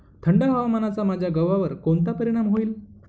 थंड हवामानाचा माझ्या गव्हावर कोणता परिणाम होईल?